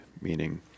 Meaning